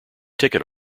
ticket